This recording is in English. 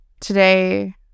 today